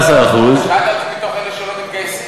מתוך אלה שלא מתגייסים.